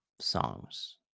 songs